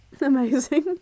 Amazing